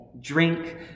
drink